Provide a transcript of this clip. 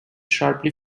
sharply